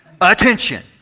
attention